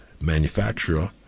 manufacturer